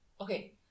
okay